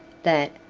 that,